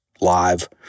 live